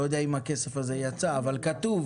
לא יודע אם הכסף הזה באמת יצא או שזה רק כתוב